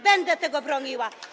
Będę tego broniła.